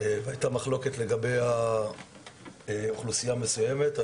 והייתה מחלוקת לגבי אוכלוסייה מסוימת.